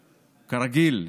כרגיל,